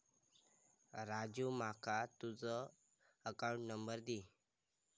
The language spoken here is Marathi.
राजू माका तुझ अकाउंट नंबर दी